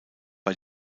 war